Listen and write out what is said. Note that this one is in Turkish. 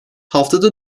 haftada